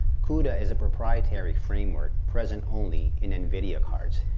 cuda is a proprietary framework present only in nvidia cards.